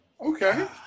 Okay